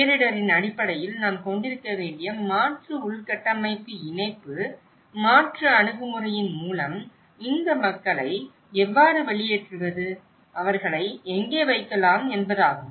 பேரிடரின் அடிப்படையில் நாம் கொண்டிருக்க வேண்டிய மாற்று உள்கட்டமைப்பு இணைப்பு மாற்று அணுகுமுறையின் மூலம் இந்த மக்களை எவ்வாறு வெளியேற்றுவது அவர்களை எங்கே வைக்கலாம் என்பதாகும்